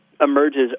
emerges